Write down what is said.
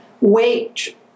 weight